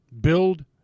build